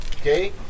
Okay